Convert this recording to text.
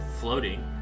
floating